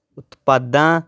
ਉਤਪਾਦਾਂ